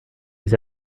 les